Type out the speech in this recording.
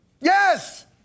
Yes